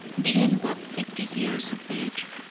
being but fifty years of age,